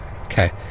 Okay